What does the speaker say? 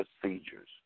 procedures